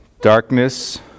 Darkness